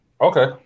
okay